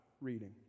reading